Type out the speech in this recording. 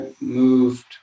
moved